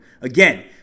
Again